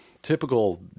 Typical